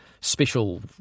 special